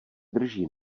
drží